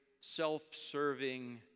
self-serving